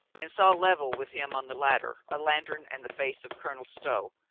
and saw level with him on the ladder a lantern and the face of colonel stow,